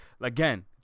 again